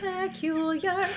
peculiar